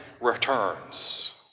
returns